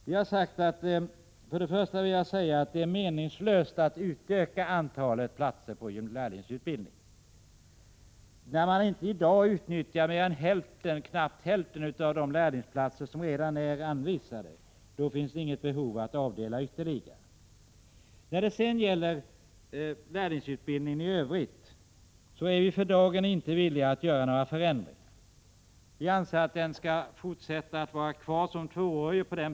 Vi har sagt att det är meningslöst att utöka antalet platser inom lärlingsutbildningen. När i dag inte mer än knappt hälften av de lärlingsplatser som redan är anvisade inte utnyttjas finns det ingen anledning att avdela ytterligare platser. För lärlingsutbildningen i övrigt är vi för dagen inte villiga att göra några förändringar. Vi anser att den skall vara kvar som tvåårig linje.